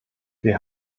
wir